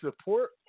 support